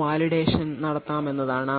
validation നടത്താമെന്നതാണ്